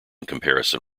comparison